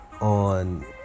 On